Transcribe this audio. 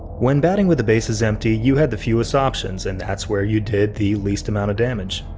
when batting with the bases empty, you had the fewest options and that's where you did the least amount of damage.